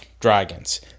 dragons